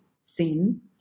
sin